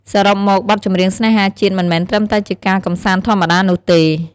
សរុបមក បទចម្រៀងស្នេហាជាតិមិនមែនត្រឹមតែជាការកម្សាន្តធម្មតានោះទេ។